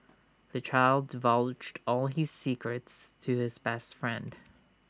the child divulged all his secrets to his best friend